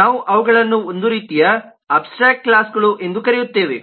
ನಾವು ಅವುಗಳನ್ನು ಒಂದು ರೀತಿಯ ಅಬ್ಸ್ಟ್ರ್ಯಾಕ್ಟ್ ಕ್ಲಾಸ್ಗಳು ಎಂದು ಕರೆಯುತ್ತೇವೆ